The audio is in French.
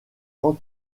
quant